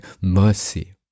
mercy